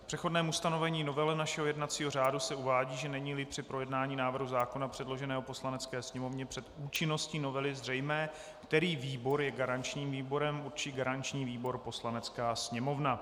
V přechodném ustanovení novely našeho jednacího řádu se uvádí, že neníli při projednání návrhu zákona předloženého Poslanecké sněmovně před účinností novely zřejmé, který výbor je garančním výborem, určí garanční výbor Poslanecká sněmovna.